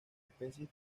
especies